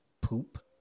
poop